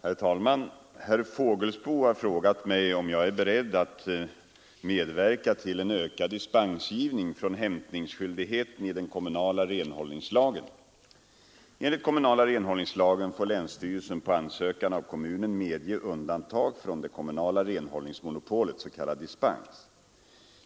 Herr talman! Herr Fågelsbo har frågat mig om jag är beredd medverka till en ökad dispensgivning från hämtningsskyldigheten i den kommunala renhållningslagen. s.k. dispens.